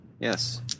yes